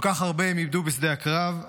כל כך הרבה הם איבדו בשדה הקרב,